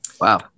Wow